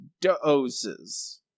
Doses